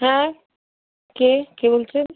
হ্যাঁ কে কে বলছেন